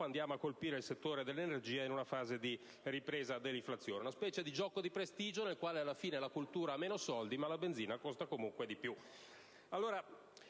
Andiamo a colpire il settore dell'energia in una fase di ripresa dell'inflazione. Una specie di gioco di prestigio, nel quale alla fine la cultura ha meno soldi, ma la benzina costa comunque di più.